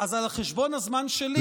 אז על חשבון הזמן שלי,